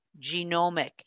genomic